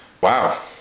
Wow